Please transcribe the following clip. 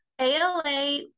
ALA